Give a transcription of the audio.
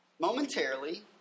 momentarily